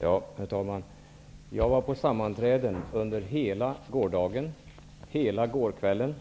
Herr talman! Jag var på sammanträden under hela gårdagen och under hela gårdagskvällen.